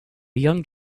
young